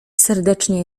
serdecznie